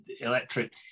electric